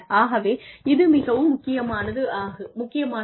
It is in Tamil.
ஆகவே இது மிகவும் முக்கியமானது